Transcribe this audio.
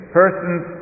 persons